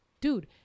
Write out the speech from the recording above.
dude